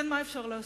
כן, מה אפשר לעשות?